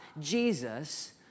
Jesus